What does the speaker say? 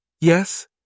Yes